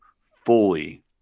fully